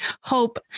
Hope